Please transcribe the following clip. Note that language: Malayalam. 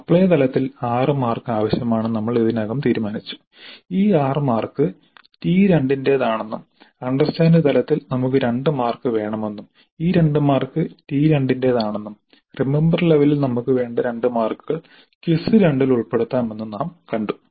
അപ്ലൈ തലത്തിൽ 6 മാർക്ക് ആവശ്യമാണെന്ന് നമ്മൾ ഇതിനകം തീരുമാനിച്ചു ഈ 6 മാർക്ക് ടി 2 ന്റെതാണെന്നും അണ്ടർസ്റ്റാൻഡ് തലത്തിൽ നമുക്ക് 2 മാർക്ക് വേണമെന്നും ഈ 2 മാർക്ക് ടി 2 ന്റെതാണെന്നും റിമമ്പർ ലെവലിൽ നമുക്ക് വേണ്ട 2 മാർക്കുകൾ ക്വിസ് 2 ൽ ഉൾപ്പെടുത്താമെന്നും നാം കണ്ടു